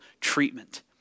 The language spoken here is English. treatment